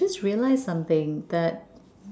I just realised something that